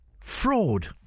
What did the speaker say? fraud